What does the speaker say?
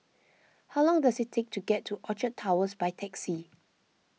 how long does it take to get to Orchard Towers by taxi